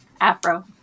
afro